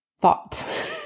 thought